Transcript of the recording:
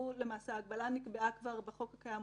ההגבלה נקבעה כבר בחוק הקיים,